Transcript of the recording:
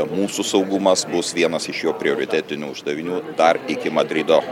mūsų saugumas bus vienas iš jo prioritetinių uždavinių dar iki madrido